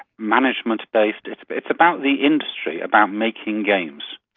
management-based it's but it's about the industry, about making games.